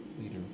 leader